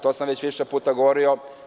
To sam već više puta govorio.